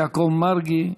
יעלה חבר הכנסת יעקב מרגי.